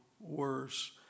worse